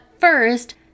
first